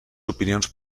opinions